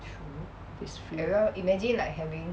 if it's free